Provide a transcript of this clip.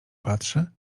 patrzy